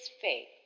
faith